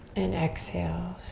and exhale.